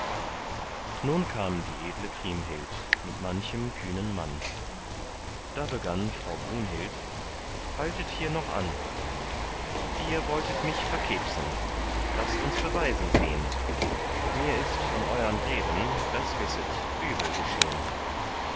nun kam die edle kriemhild mit manchem kühnen mann da begann frau brunhild haltet hier noch an ihr wolltet mich verkebsen laßt uns beweise sehn mir ist von euern reden das wisset übel geschehn